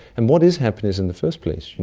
and what is happiness in the first place?